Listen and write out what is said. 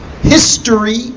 history